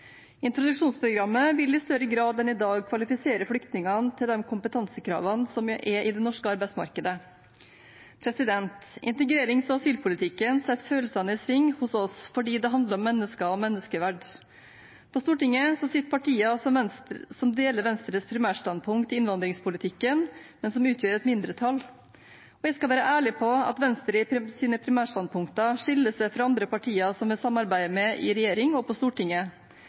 Introduksjonsprogrammet vil i større grad enn i dag kvalifisere flyktningene til de kompetansekravene som er i det norske arbeidsmarkedet. Integrerings- og asylpolitikken setter følelsene i sving hos oss fordi det handler om mennesker og menneskeverd. På Stortinget sitter partier som deler Venstres primærstandpunkt i innvandringspolitikken, men som utgjør et mindretall, og jeg skal være ærlig på at Venstre i sine primærstandpunkter skiller seg fra andre partier som vi samarbeider med i regjering og på Stortinget.